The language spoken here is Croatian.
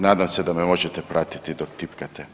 Nadam se da me možete pratiti dok tipkate.